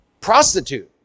prostitute